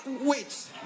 Wait